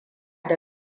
da